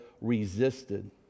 resisted